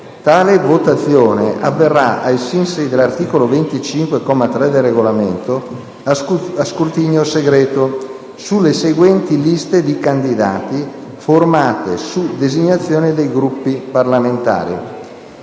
Tale votazione avverrà, ai sensi dell'articolo 25, comma 3, del Regolamento, a scrutinio segreto sulle seguenti liste di candidati formate su designazione dei Gruppi parlamentari.